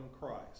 Christ